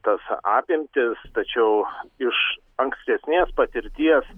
tas apimtis tačiau iš ankstesnės patirties